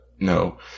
no